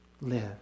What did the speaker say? live